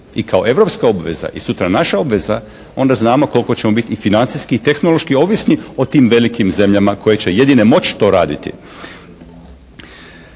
i kao europska obveza i sutra naša obveza onda znamo koliko ćemo biti i financijski i tehnološki ovisni o tim velikim zemljama koje će jedino moći to raditi.